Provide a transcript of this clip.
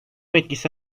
etkisi